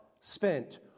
spent